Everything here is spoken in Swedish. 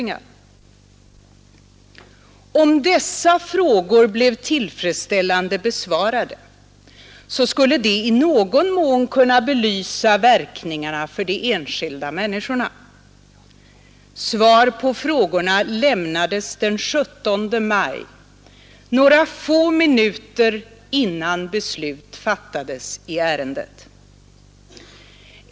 Om dessa frågor blev tillfredsställande besvarade, skulle de i någon mån kunna belysa verkningarna för de enskilda människorna. Svar på frågorna lämnades den 17 maj, några få minuter innan beslut fattades i ärendet.